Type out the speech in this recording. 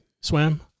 swam